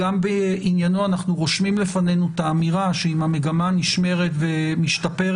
גם בעניינו אנחנו רושמים לפנינו את האמירה שאם המגמה נשמרת ומשתפרת,